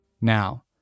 Now